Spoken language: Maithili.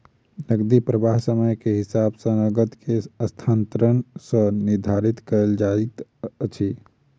नकदी प्रवाह समय के हिसाब सॅ नकद के स्थानांतरण सॅ निर्धारित कयल जाइत अछि